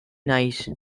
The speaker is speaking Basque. naiz